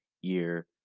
year